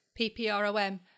PPROM